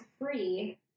free